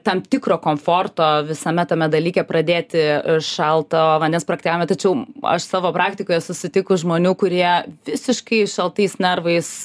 tam tikro komforto visame tame dalyke pradėti šalto vandens praktikavimą tačiau aš savo praktikoj esu sutikus žmonių kurie visiškai šaltais nervais